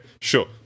sure